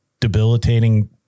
debilitating